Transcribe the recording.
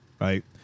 right